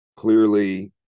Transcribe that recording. Clearly